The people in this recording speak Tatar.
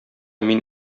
мин